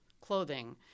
clothing